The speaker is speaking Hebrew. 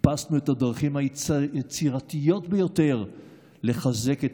חיפשנו את הדרכים היצירתיות ביותר לחזק את